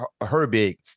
Herbig